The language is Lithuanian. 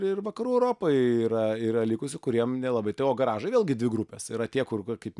ir vakarų europoj yra yra likusių kuriem nelabai tai o garažai vėlgi dvi grupės yra tie kur kaip